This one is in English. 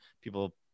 People